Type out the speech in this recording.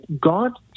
God